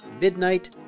Midnight